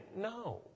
no